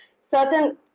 certain